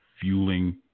fueling